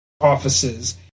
offices